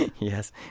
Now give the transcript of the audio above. Yes